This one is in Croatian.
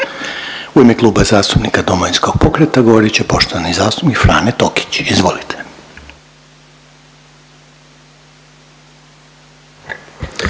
U ime Kluba zastupnika Domovinskog pokreta govorit će poštovani zastupnik Frane Tokić. Izvolite.